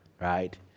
right